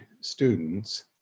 students